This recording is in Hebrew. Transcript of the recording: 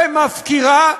ומפקירה,